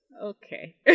Okay